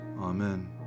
Amen